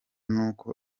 n’uko